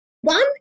one